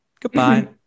Goodbye